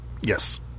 Yes